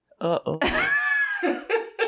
Uh-oh